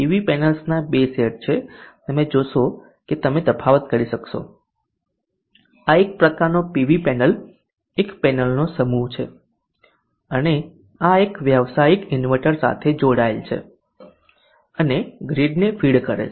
PV પેનલ્સના બે set છે તમે જોશો કે તમે તફાવત કરી શકશો આ એક પ્રકારનો પેનલ એક પેનલનો સમૂહ છે અને આ એક વ્યાવસાયિક ઇન્વર્ટર સાથે જોડાયેલ છે અને ગ્રીડને ફીડ કરે છે